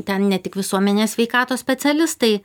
ten ne tik visuomenės sveikatos specialistai